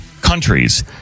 countries